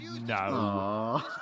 no